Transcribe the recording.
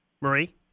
Marie